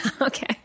okay